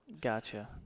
Gotcha